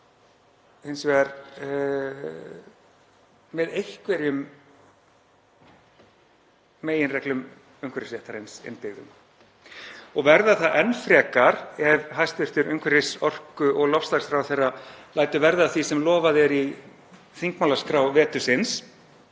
hins vegar með einhverjum meginreglum umhverfisréttarins innbyggðum og verða það enn frekar ef hæstv. umhverfis-, orku- og loftslagráðherra lætur verða af því sem lofað er í þingmálaskrá vetursins,